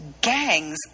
gangs